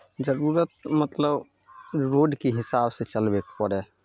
जरूरत मतलब रोडके हिसाबसँ चलबयके पड़ै हइ